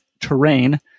terrain